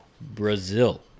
brazil